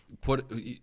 put